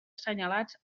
assenyalats